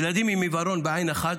ילדים עם עיוורון בעין אחת